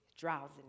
drowsiness